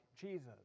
Jesus